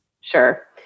Sure